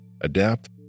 adapt